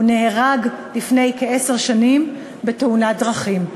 הוא נהרג לפני כעשר שנים בתאונת דרכים.